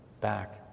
back